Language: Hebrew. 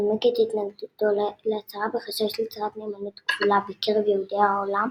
שנימק את התנגדותו להצהרה בחשש ליצירת "נאמנות כפולה" בקרב יהודי העולם,